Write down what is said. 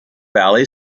valley